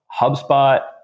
HubSpot